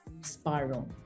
spiral